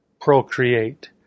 procreate